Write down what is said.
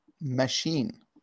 Machine